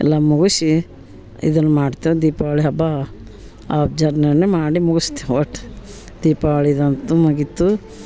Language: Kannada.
ಎಲ್ಲ ಮುಗಿಸಿ ಇದನ್ನು ಮಾಡ್ತೇವೆ ದೀಪಾವಳಿ ಹಬ್ಬ ಅವು ಜರ್ನೆನೆ ಮಾಡಿ ಮುಗುಸ್ತೇವೆ ಒಟ್ಟು ದೀಪಾವಳಿದಂತೂ ಮುಗಿಯಿತು